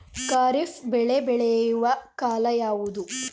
ಖಾರಿಫ್ ಬೆಳೆ ಬೆಳೆಯುವ ಕಾಲ ಯಾವುದು?